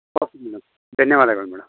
okay madam ಧನ್ಯವಾದಗಳು madam